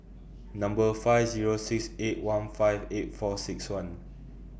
Number five Zero six eight one five eight four six one